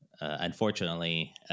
unfortunately